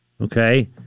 okay